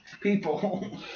people